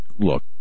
Look